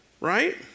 right